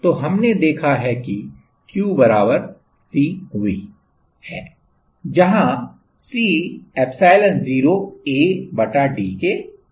तो हमने देखा है कि QCV है जहां C epsilon0 A बटा d के बराबर है